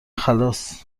خلاص